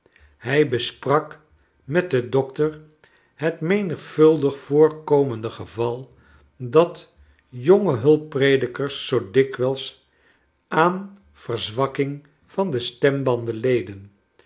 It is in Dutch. be sprak met den dokter het menigvuldig voorkomende geval dat jonge hulppredikers zoo dikwijls aan verzwakking van de stembanden leden